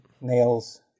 nails